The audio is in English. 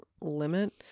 limit